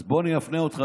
אז בוא ואני אפנה אותך,